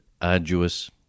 arduous